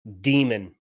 demon